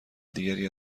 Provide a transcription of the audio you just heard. دیگری